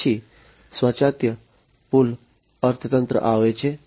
પછી સ્વાયત્ત પુલ અર્થતંત્ર આવે છે